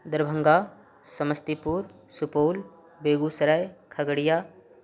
Darbhanga Samastipur Supaul Begusarai Khagaria